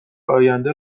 آینده